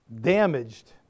Damaged